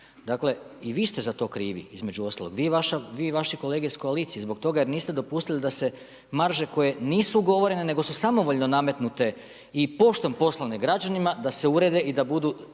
i vi ste za to krivi između ostalog, vi i vaši kolege iz koalicije zbog toga jer niste dopustili da se marže koje nisu ugovorene, nego su samovoljno nametnute i poštom poslane građanima da se urede i da budu